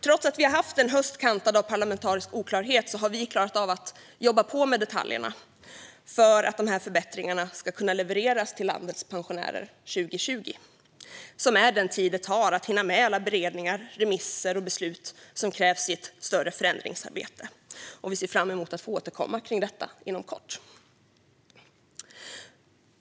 Trots att vi har haft en höst kantad av parlamentarisk oklarhet har vi klarat av att jobba på med detaljerna för att dessa förbättringar ska kunna levereras till landets pensionärer 2020 - det är den tid det tar att hinna med alla beredningar, remisser och beslut som krävs i ett större förändringsarbete. Vi ser fram emot att få återkomma till detta inom kort.